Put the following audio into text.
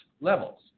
levels